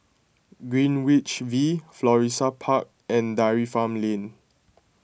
Greenwich V Florissa Park and Dairy Farm Lane